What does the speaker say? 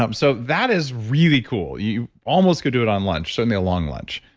um so that is really cool. you almost could do it on lunch, certainly a long lunch,